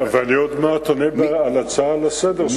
אני עוד מעט אענה על הצעה לסדר-היום